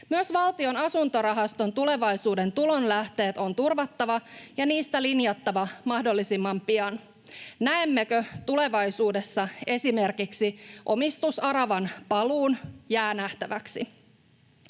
Myös Valtion asuntorahaston tulevaisuuden tulonlähteet on turvattava ja niistä linjattava mahdollisimman pian. Näemmekö tulevaisuudessa esimerkiksi omistusaravan paluun, se jää nähtäväksi.